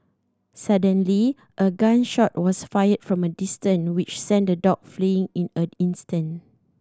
suddenly a gun shot was fired from a distance which sent the dog fleeing in an instant